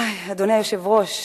אדוני היושב-ראש,